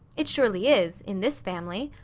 it surely is in this family.